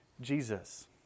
Jesus